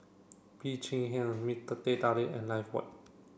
Bee Cheng Hiang Mister Teh Tarik and Lifebuoy